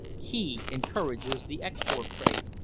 he encourages the export trade,